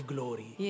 Glory